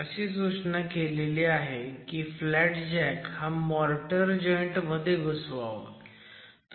अशी सूचना केलेली आहे की फ्लॅट जॅक हा मोर्टर जॉईंट मध्ये घुसवावा